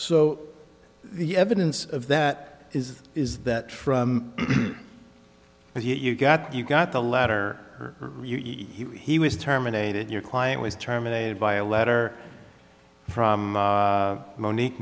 so the evidence of that is is that from but you got you got the letter he was terminated your client was terminated by a letter from monique